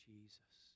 Jesus